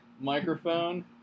microphone